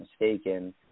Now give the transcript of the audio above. mistaken